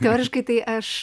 teoriškai tai aš